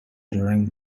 during